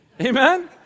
amen